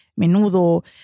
menudo